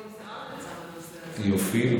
יופי.